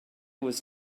was